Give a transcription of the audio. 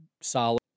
solid